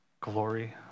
glory